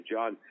John